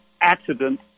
accident